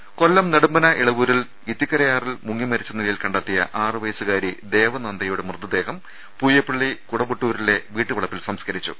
രദേഷ്ടെടു കൊല്ലം നെടുമ്പന ഇളവൂരിൽ ഇത്തിക്കരയാറിൽ മുങ്ങിമരിച്ച നിലയിൽ കണ്ടെത്തിയ ആറുവയസ്സുകാരി ദേവനന്ദയുടെ മൃതദേഹം പൂയപ്പള്ളി കുട വട്ടൂരിലെ വീട്ടുവളപ്പിൽ സംസ്കരിച്ചു